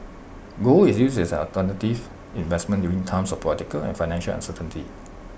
gold is used as an alternative investment during times of political and financial uncertainty